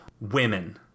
women